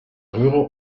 röhre